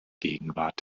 gegenwart